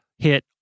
hit